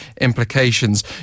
implications